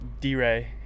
D-Ray